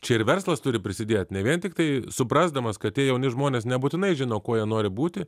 čia ir verslas turi prisidėt ne vien tiktai suprasdamas kad tie jauni žmonės nebūtinai žino kuo jie nori būti